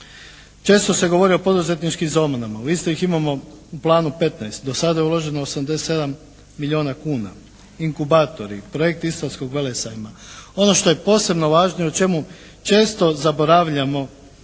Često se govori o poduzetničkim zonama. U Istri ih imamo u planu 15, do sada je uloženo 87 milijona kuna, inkubatori, projekt istarskog velesajma. Ono što je posebno važno i o čemu često zaboravljamo voditi